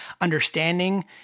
understanding